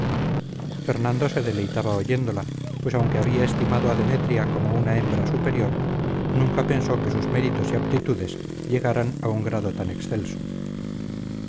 fernando se deleitaba oyéndola pues aunque había estimado a demetria como una hembra superior nunca pensó que sus méritos y aptitudes llegaran a un grado tan excelso